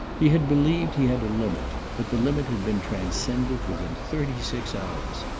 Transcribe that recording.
he had believed he had a limit, but the limit had been transcended within thirty-six hours.